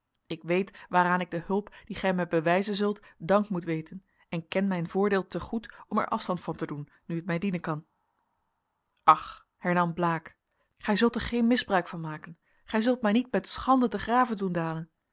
ik weet waaraan ik de hulp die gij mij bewijzen zult dank moet weten en ken mijn voordeel te goed om er afstand van te doen nu het mij dienen kan ach hernam blaek gij zult er geen misbruik van maken gij zult mij niet met schande ten grave doen dalen